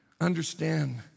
understand